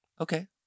Okay